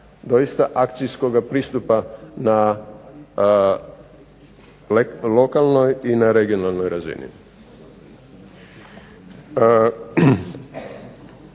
doista akcijskoga pristupa na lokalnoj i na regionalnoj razini.